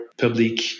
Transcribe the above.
public